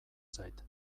zait